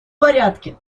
порядке